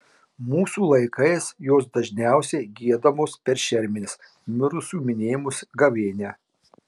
mūsų laikais jos dažniausiai giedamos per šermenis mirusiųjų minėjimus gavėnią